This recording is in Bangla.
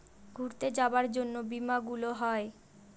ঘুরতে যাবার জন্য বীমা গুলো হয়